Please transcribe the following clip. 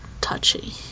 touchy